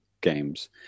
games